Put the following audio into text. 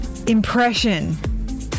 Impression